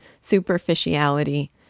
superficiality